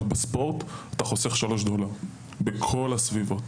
בספורט אתה חוסך שלושה דולר בכל הסביבות,